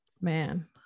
man